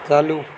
चालू